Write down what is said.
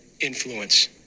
influence